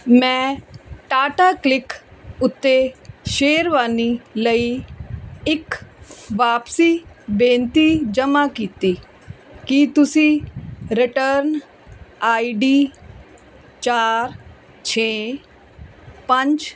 ਮੈਂ ਟਾਟਾ ਕਲਿਕ ਉੱਤੇ ਸ਼ੇਰਵਾਨੀ ਲਈ ਇੱਕ ਵਾਪਸੀ ਬੇਨਤੀ ਜਮ੍ਹਾਂ ਕੀਤੀ ਕੀ ਤੁਸੀਂ ਰਿਟਰਨ ਆਈ ਡੀ ਚਾਰ ਛੇ ਪੰਜ